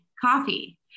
coffee